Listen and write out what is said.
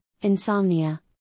insomnia